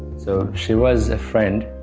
so she was a friend,